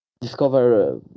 discover